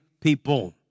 people